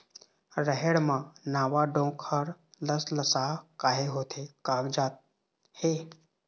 रहेड़ म नावा डोंक हर लसलसा काहे होथे कागजात हे?